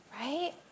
right